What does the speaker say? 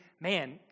man